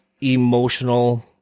emotional